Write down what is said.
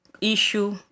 issue